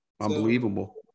Unbelievable